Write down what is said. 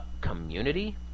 community